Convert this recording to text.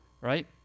Right